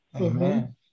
Amen